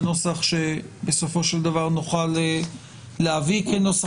בנוסח שבסופו של דבר נוכל להביא כנוסח